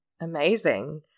amazing